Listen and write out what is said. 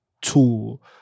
tool